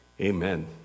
Amen